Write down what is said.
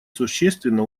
существенно